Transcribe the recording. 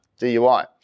DUI